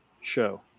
show